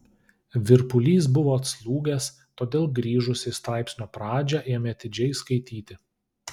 virpulys buvo atslūgęs todėl grįžusi į straipsnio pradžią ėmė atidžiai skaityti